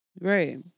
Right